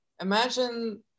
imagine